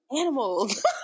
Animals